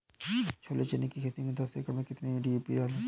छोले चने की खेती में दस एकड़ में कितनी डी.पी डालें?